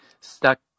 stuck